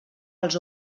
als